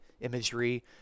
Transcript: imagery